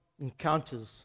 encounters